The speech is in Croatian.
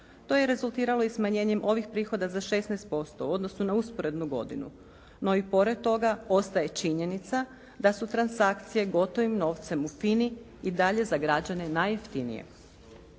To je rezultiralo i smanjenjem ovih prihoda za 16% u odnosu na usporednu godinu no i pored toga ostaje činjenica da su transakcije gotovim novcem u FINA-i i dalje za građane najjeftinije.